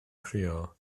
crio